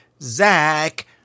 Zach